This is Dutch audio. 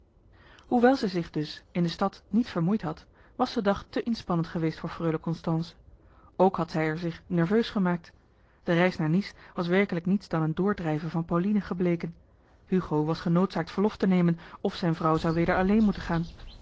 hoewel zij zich dus in de stad niet vermoeid had was de dag te inspannend geweest voor freule constance ook had zij er zich nerveus gemaakt de reis naar nice was werkelijk niets dan een doordrijven van pauline gebleken hugo was genoodzaakt verlof te nemen of zijn vrouw zou weder alleen moeten gaan